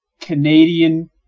Canadian